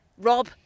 Rob